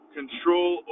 control